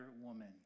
woman